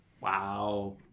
wow